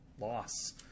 loss